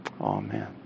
Amen